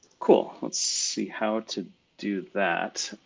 cool, let's see how to do that.